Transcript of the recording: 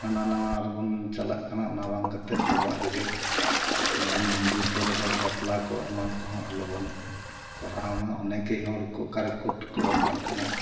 ᱦᱟᱱᱟ ᱱᱟᱣᱟ ᱨᱮᱵᱚᱱ ᱪᱟᱞᱟᱜ ᱠᱟᱱᱟ ᱚᱱᱟ ᱵᱟᱝ ᱠᱟᱛᱮᱫ ᱟᱵᱚᱣᱟᱜ ᱨᱮᱜᱮ ᱡᱮᱢᱚᱱ ᱢᱚᱱᱫᱤᱨ ᱠᱚᱨᱮ ᱫᱚ ᱵᱟᱯᱞᱟ ᱠᱚ ᱮᱢᱟᱱ ᱠᱚᱦᱚᱸ ᱟᱞᱚᱵᱚᱱ ᱠᱚᱨᱟᱣᱢᱟ ᱚᱱᱮᱠᱮᱭ ᱦᱚᱲᱠᱚ ᱚᱠᱟᱨᱮ ᱠᱳᱴ ᱨᱮᱠᱚ ᱵᱟᱯᱞᱟᱜ ᱠᱟᱱᱟ